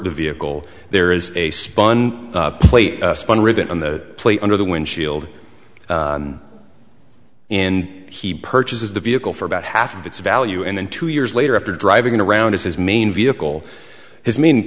the vehicle there is a spun plate spun rivet on the plate under the windshield and he purchases the vehicle for about half of its value and then two years later after driving around as his main vehicle his main